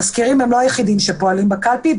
המזכירים אינם היחידים שפועלים בקלפי.